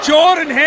Jordan